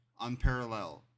unparalleled